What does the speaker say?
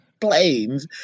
planes